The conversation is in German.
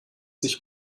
sich